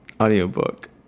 Audiobook